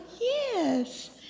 yes